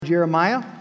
Jeremiah